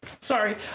sorry